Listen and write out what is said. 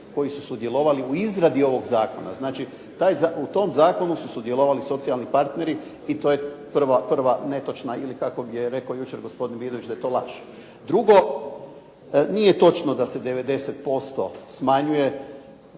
koji su sudjelovali u izradi ovog zakona. Znači, u tom zakonu su sudjelovali socijalni partneri i to je prva netočna ili kako je rekao jučer gospodin Vidović da je to laž. Drugo, nije točno da se 90% smanjuje.